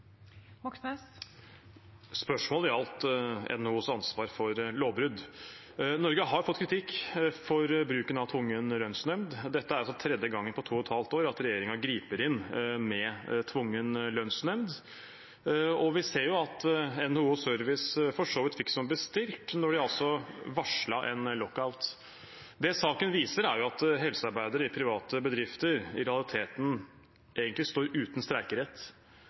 Spørsmålet gjaldt NHOs ansvar for lovbrudd. Norge har fått kritikk for bruken av tvungen lønnsnemnd. Dette er tredje gangen på to og et halvt år at regjeringen griper inn med tvungen lønnsnemnd. Vi ser at NHO Service for så vidt fikk som bestilt da de varslet en lockout. Det saken viser, er at helsearbeidere i private bedrifter i realiteten egentlig står uten streikerett.